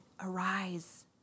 Arise